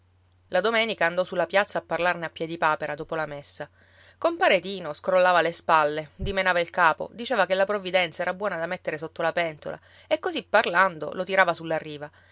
la domenica andò sulla piazza a parlarne a piedipapera dopo la messa compare tino scrollava le spalle dimenava il capo diceva che la provvidenza era buona da mettere sotto la pentola e così parlando lo tirava sulla riva